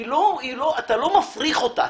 אתה לא מפריך אותה.